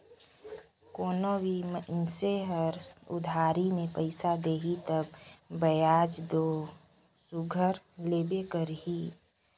कोनो भी मइनसे हर उधारी में पइसा देही तब बियाज दो सुग्घर लेबे करही